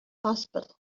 hospital